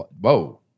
whoa